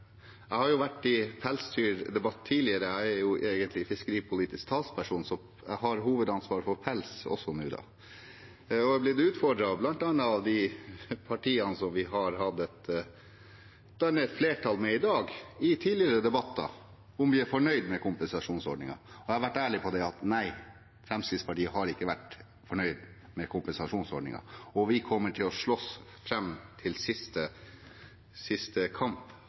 jeg har vært i pelsdyrdebatter tidligere, jeg er egentlig fiskeripolitisk talsperson, men har hovedansvaret for pels også nå – og i tidligere debatter har jeg blitt utfordret av bl.a. partiene som vi har dannet et flertall med i dag, på om vi er fornøyde med kompensasjonsordningen. Jeg har vært ærlig på at Fremskrittspartiet ikke har vært fornøyd med kompensasjonsordningen, og at vi kommer til å slåss fram til siste kamp